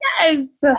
Yes